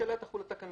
שעליה תחול התקנה.